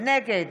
נגד